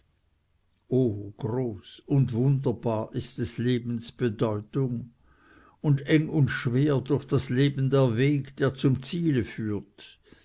groß und wunderbar ist des lebens bedeutung und eng und schwer durch das leben der weg der zum ziele führt